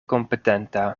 kompetenta